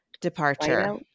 departure